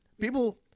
people